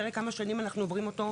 תראה כמה שנים אנחנו עוברים אותו,